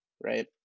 right